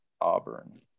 Auburn